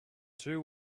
two